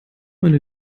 meine